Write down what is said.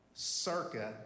Circa